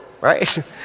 right